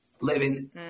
living